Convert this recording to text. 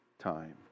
time